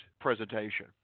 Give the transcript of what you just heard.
presentation